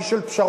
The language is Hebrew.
איש של פשרות,